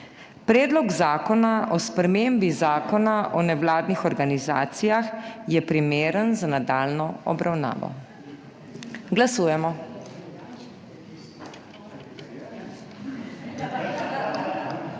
"Predlog zakona o spremembi Zakona o nevladnih organizacijah je primeren za nadaljnjo obravnavo." Glasujemo.